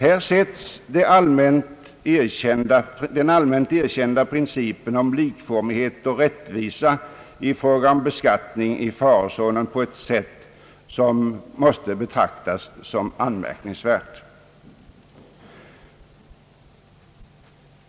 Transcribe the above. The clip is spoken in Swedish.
Här sätts den allmänt erkända principen om likformighet och rättvisa i fråga om beskattning i farozonen på ett sätt som är anmärkningsvärt.